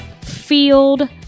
field